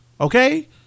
Okay